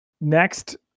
next